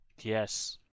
Yes